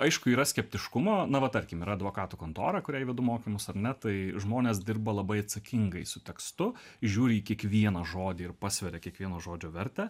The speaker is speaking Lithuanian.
aišku yra skeptiškumo na va tarkim yra advokatų kontora kuriai vedu mokymus ar ne tai žmonės dirba labai atsakingai su tekstu žiūri į kiekvieną žodį ir pasveria kiekvieno žodžio vertę